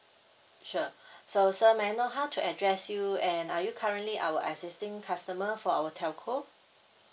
sure so sir may I know how to address you and are you currently our existing customer for our telco